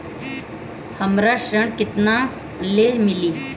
हमरा ऋण केतना ले मिली?